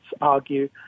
argue